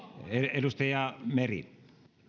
edustaja meri